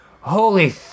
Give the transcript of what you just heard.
Holy